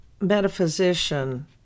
metaphysician